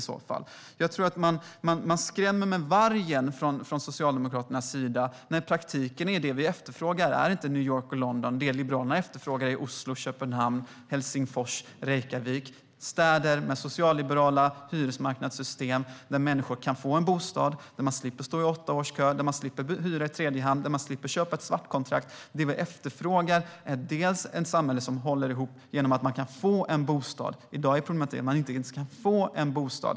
Socialdemokraterna skrämmer med vargen när det som vi i Liberalerna efterfrågar i praktiken inte är New York och London utan Oslo, Köpenhamn, Helsingfors och Reykjavik - städer med socialliberala hyresmarknadssystem där människor kan få en bostad och slipper stå i kö i åtta år, hyra i tredje hand eller köpa ett svartkontrakt. Det vi efterfrågar är bland annat ett samhälle som håller ihop genom att man kan få en bostad. I dag är problematiken att man inte ens kan få en bostad.